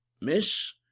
Miss